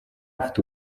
ufite